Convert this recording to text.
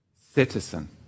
citizen